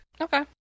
okay